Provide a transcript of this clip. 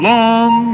Long